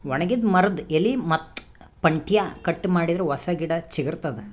ಒಣಗಿದ್ ಮರದ್ದ್ ಎಲಿ ಮತ್ತ್ ಪಂಟ್ಟ್ಯಾ ಕಟ್ ಮಾಡಿದರೆ ಹೊಸ ಗಿಡ ಚಿಗರತದ್